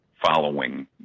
following